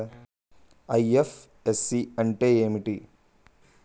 IFSC అంటే ఏమిటి?